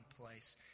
place